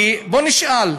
כי בוא נשאל: